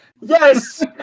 Yes